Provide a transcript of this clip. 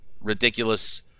ridiculous